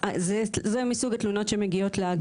זה מסוג התלונות שמגיעות לאגף.